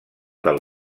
del